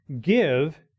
give